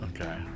Okay